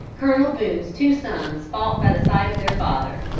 colonel boone's two sons fought by the side of their father.